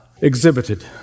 exhibited